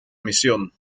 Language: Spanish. misión